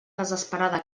desesperada